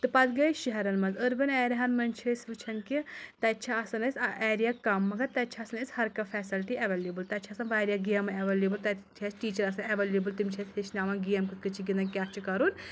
تہٕ پَتہٕ گٔے أسۍ شہرن منٛز أربَن اَیٚریَاہَن منٛز چھِ أسۍ وٕچھان کہِ تَتہِ چھِ آسان اَسہِ اَیٚریَا کَم مگر تَتہِ چھِ آسان أسۍ ہر کانٛہہ فیسَلٹی اَیوَیٚلیبٕل تَتہِ چھِ آسان واریاہ گَیمہٕ اَیوَیٚلیبٕل تَتہِ چھِ اَسہِ ٹیٖچر آسان اَیوَیٚلیبٕل تِم چھِ اَسہِ ہیٚچھناوان گَیٚم کِتھ کٔن چھِ گِنٛدان کیاہ چھِ کَرُن